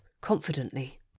confidently